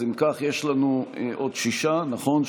אז אם כך, יש לנו עוד שישה, נכון?